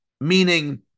Meaning